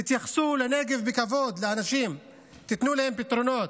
תתייחסו לאנשים בנגב בכבוד, תיתנו להם פתרונות.